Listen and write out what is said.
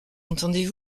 entendez